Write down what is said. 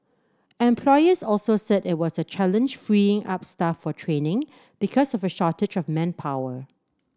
employers also said it was a challenge freeing up staff for training because of a shortage of manpower